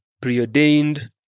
preordained